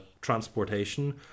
transportation